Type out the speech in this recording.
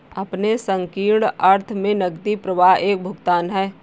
अपने संकीर्ण अर्थ में नकदी प्रवाह एक भुगतान है